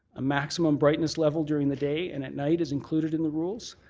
a maximum brightness level during the day and at night is included in the rules.